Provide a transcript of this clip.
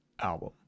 album